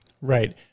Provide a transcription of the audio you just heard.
Right